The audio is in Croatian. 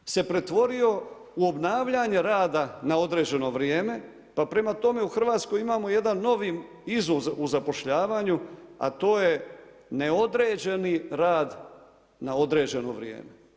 Taj model se pretvorio u obnavljanje rada na određeno vrijeme, pa prema tome u Hrvatskoj imamo jedan novi izum u zapošljavanju, a to je neodređeni rad na određeno vrijeme.